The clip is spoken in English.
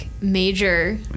major